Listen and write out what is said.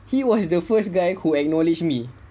he was the first guy who acknowledged me